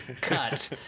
cut